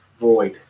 void